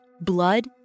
blood